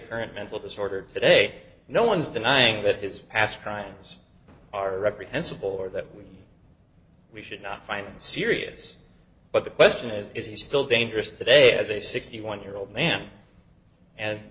parent mental disorder today no one's denying that his past crimes are reprehensible or that we should not find serious but the question is is he still dangerous today as a sixty one year old man and